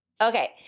Okay